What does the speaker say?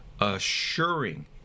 assuring